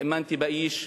האמנתי באיש,